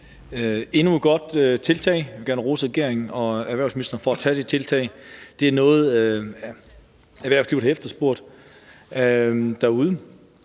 endnu et godt tiltag. Jeg vil gerne rose regeringen og erhvervsministeren for at tage de tiltag. Det er noget, erhvervslivet har efterspurgt derude.